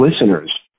listeners